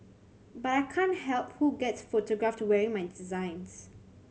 but I can't help who gets photographed wearing my designs